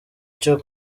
cyo